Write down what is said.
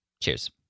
Cheers